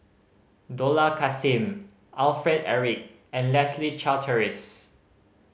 Dollah Kassim Alfred Eric and Leslie Charteris